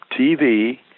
TV